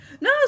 No